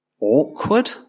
awkward